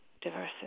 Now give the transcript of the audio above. diversity